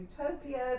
utopias